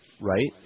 Right